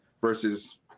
versus